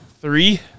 Three